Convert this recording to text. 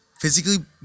physically